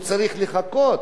שישה חודשים,